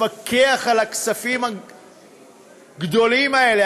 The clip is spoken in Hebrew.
לפקח על הכספים הגדולים האלה,